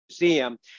Museum